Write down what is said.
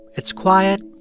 it's quiet,